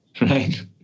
right